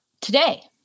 Today